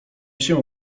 się